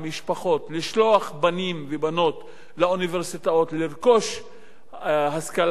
בנים ובנות לאוניברסיטאות לרכוש השכלה גבוהה,